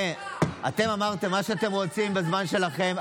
אתם אמרתם מה שאתם רוצים בזמן שלכם,